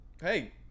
Hey